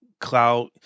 cloud